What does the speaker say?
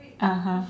(uh huh)